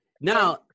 Now